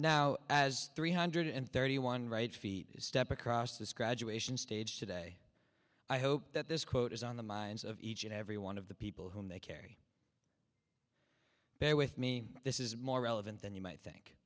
now as three hundred thirty one right feet step across this graduation stage today i hope that this quote is on the minds of each and every one of the people whom they carry bear with me this is more relevant than you might think